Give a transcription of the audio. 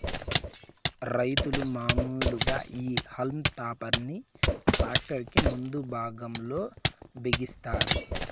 రైతులు మాములుగా ఈ హల్మ్ టాపర్ ని ట్రాక్టర్ కి ముందు భాగం లో బిగిస్తారు